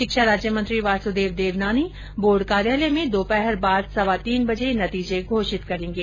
शिक्षा राज्य मंत्री वासुदेव देवनानी बोर्ड कार्यालय में दोपहर बाद सवा तीन बजे नतीजे घोषित करेंगे